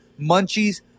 munchies